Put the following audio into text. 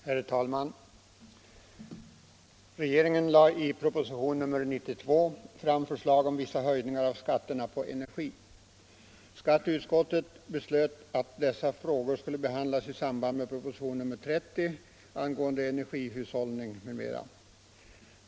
Herr talman! Regeringen lade i propositionen 92 fram förslag om vissa höjningar av skatterna på energi. Skatteutskottet beslöt att dessa frågor skulle behandlas i samband med propositionen 30 angående energihushållning m.m.